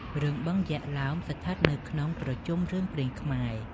រឿង បឹងយក្សឡោម ស្ថិតនៅក្នុងប្រជុំរឿងព្រេងខ្មែរ។